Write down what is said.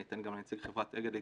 אני אתן גם לנציג אגד להתייחס.